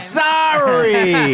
sorry